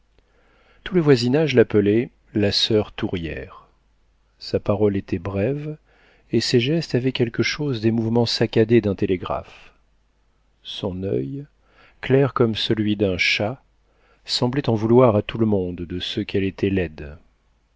tout le voisinage l'appelait la soeur tourière sa parole était brève et ses gestes avaient quelque chose des mouvements saccadés d'un télégraphe son oeil clair comme celui d'un chat semblait en vouloir à tout le monde de ce qu'elle était laide